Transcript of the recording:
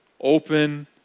Open